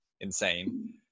insane